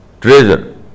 treasure